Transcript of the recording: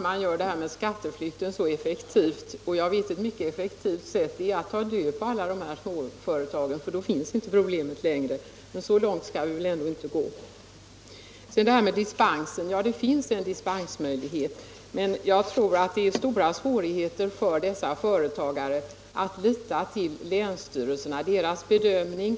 man göra åtgärderna mot skatteflykt mycket effektiva. Jag vet ett mycket effektivt sätt, nämligen att ta död på alla de här småföretagen — då finns inte problemet längre. Men så långt skall vi väl ändå inte gå. Det finns visserligen en dispensmöjlighet, men jag tror att det medför stora svårigheter för dessa företagare att lita till länsstyrelsernas bedömning.